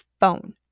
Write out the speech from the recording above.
phone